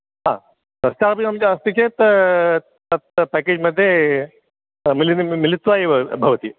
हा सस्याहारभोजनं चेत् तत्र पेकेज् मध्ये मिलि मिलित्वा एव भवति